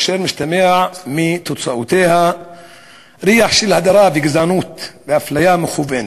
אשר עולה מתוצאותיה ריח של הדרה וגזענות ואפליה מכוונת.